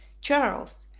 charles,